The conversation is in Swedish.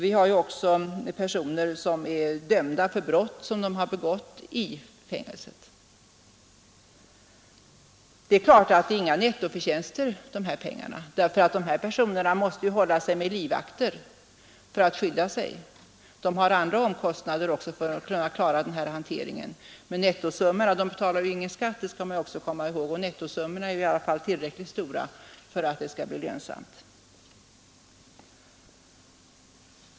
Det finns ju också personer som är dömda för narkotikabrott som de begått i fängelset. De pengar som redovisas på skissen är naturligtvis inga nettoförtjänster, för de här personerna måste ju hålla sig med livvakter för att skydda sig. De har också andra omkostnader för att klara sin hantering. Men de betalar ingen skatt, och nettosummorna är tillräcklig stora för att det hela skall bli mycket lönsamt.